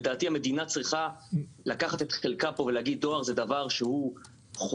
לדעתי המדינה צריכה לקחת את חלקה כאן ולומר שדואר הוא דבר שהוא חובה,